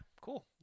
cool